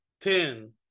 Ten